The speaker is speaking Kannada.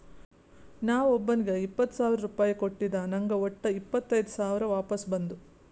ನಾ ಒಬ್ಬೋನಿಗ್ ಇಪ್ಪತ್ ಸಾವಿರ ರುಪಾಯಿ ಕೊಟ್ಟಿದ ನಂಗ್ ವಟ್ಟ ಇಪ್ಪತೈದ್ ಸಾವಿರ ವಾಪಸ್ ಬಂದು